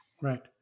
Right